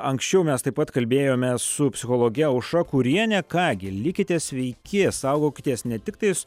anksčiau mes taip pat kalbėjomės su psichologe aušra kuriene ką gi likite sveiki saugokitės ne tik tais